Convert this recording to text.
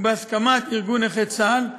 ובהסכמת ארגון נכי צה"ל,